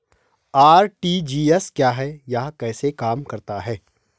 RTGS क्या है यह कैसे काम करता है?